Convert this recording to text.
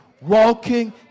walking